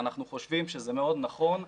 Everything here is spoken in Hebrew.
אנחנו חושבים שזה מאוד נכון.